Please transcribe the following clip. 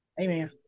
Amen